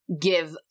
give